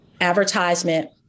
advertisement